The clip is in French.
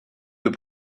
deux